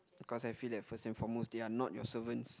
because I feel that first and foremost they are not your servants